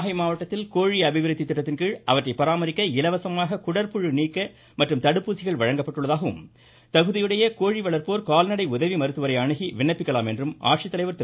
நாகை மாவட்டத்தில் கோழி அபிவிருத்தி திட்டத்தின் மூலம் அவற்றைப் பராமரிக்க இலவசமாக குடற்புழு நீக்க மற்றும் தடுப்பூசிகள் வழங்கப்படுவதாகவும் தகுதியுடைய கோழி வளர்ப்போர் கால்நடை உதவி மருத்துவரை அணுகி விண்ணப்பிக்கலாம் என ஆட்சித்தலைவர் திரு